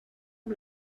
amb